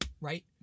Right